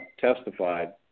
testified